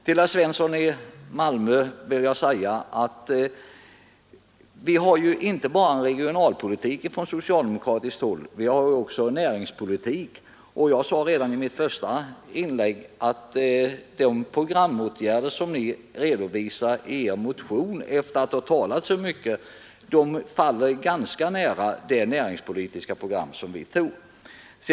Till herr Svensson i Malmö vill jag säga att vi har ju inte bara en regionalpolitik på socialdemokratiskt håll, utan vi har också en näringspolitik. Och jag påpekade redan i mitt första inlägg att de programåtgärder som ni redovisar i er motion, efter att ha talat så mycket, kommer ganska nära vårt näringspolitiska program.